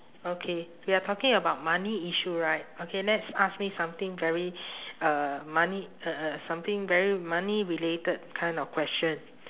okay we are talking about money issue right okay let's ask me something very uh money uh something very money related kind of question